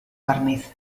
barniz